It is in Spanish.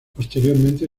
posteriormente